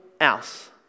else